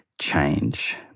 change